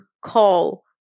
call